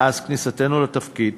מאז כניסתנו לתפקיד